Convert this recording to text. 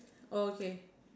okay